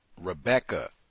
Rebecca